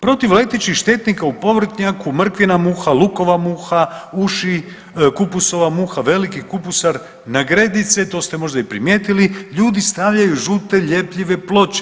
Protiv letećih štetnika u povrtnjaku mrkvina muha, lukova muha, uši, kupusova muha, veliki kupusar na gredice to ste možda primijetili ljudi stavljaju žute ljepljive ploče.